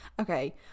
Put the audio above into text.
Okay